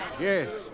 Yes